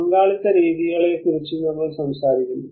പങ്കാളിത്ത രീതികളെക്കുറിച്ച് നമ്മൾ സംസാരിക്കുന്നു